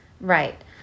Right